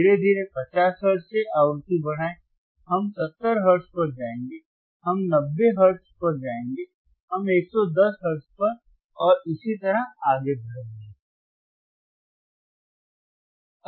धीरे धीरे 50 हर्ट्ज से आवृत्ति बढ़ाएं हम 70 हर्ट्ज पर जाएंगे हम 90 हर्ट्ज पर जाएंगे हम 110 हर्ट्ज पर और इसी तरह आगे बढ़ेंगे